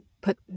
put